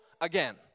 again